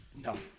No